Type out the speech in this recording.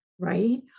Right